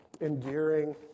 endearing